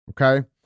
okay